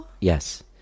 Yes